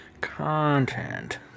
content